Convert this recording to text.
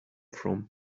from